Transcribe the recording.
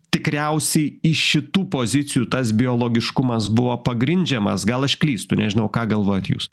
tikriausiai iš šitų pozicijų tas biologiškumas buvo pagrindžiamas gal aš klystu nežinau ką galvojat jūs